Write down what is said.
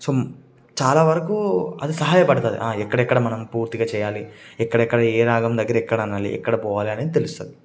so చాలా వరకు అది సహాయపడుతుంది ఎక్కడెక్కడ మనం పూర్తిగా చేయాలి ఎక్కడెక్కడ ఏ ఏ రాగం దగ్గర ఎం అనాలి ఎక్కడ పోవాలి అనేది తెలుస్తుంది